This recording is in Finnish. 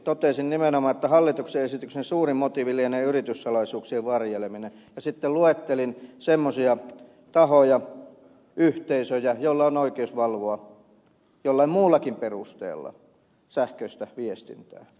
totesin nimenomaan että hallituksen esityksen suurin motiivi lienee yrityssalaisuuksien varjeleminen ja sitten luettelin semmoisia tahoja yhteisöjä joilla on oikeus valvoa jollain muullakin perusteella sähköistä viestintää